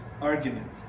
argument